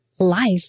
life